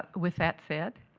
with that said,